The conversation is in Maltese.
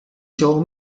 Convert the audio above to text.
joe